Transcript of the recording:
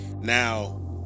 Now